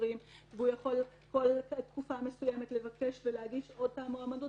דירקטורים והוא יכול כל תקופה מסוימת ולהגיש עוד פעם מועמדות,